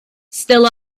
still